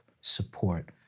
support